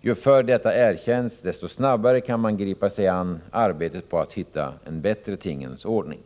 Ju förr detta erkänns, desto snabbare kan man gripa sig an arbetet på att hitta en bättre tingens ordning.